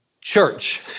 Church